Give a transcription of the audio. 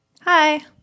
Hi